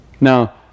Now